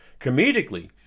Comedically